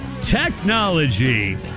technology